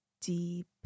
deep—